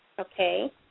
Okay